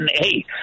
Hey